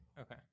Okay